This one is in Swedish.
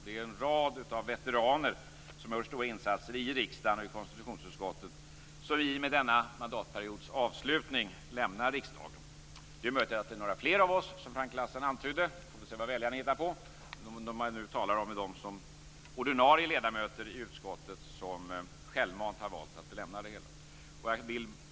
Det gäller en rad veteraner som har gjort stora insatser i riksdagen och i konstitutionsutskottet och som i och med denna mandatperiods avslutning lämnar riksdagen. Det är möjligt att det blir fler av oss som gör det, som Frank Lassen antydde. Vi får väl se vad väljarna hittar på. De som jag nu talar om är ordinarie ledamöter i utskottet som självmant har valt att lämna det hela.